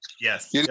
Yes